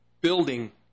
building